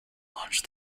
launch